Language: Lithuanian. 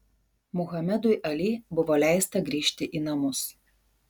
muhamedui ali buvo leista grįžti į namus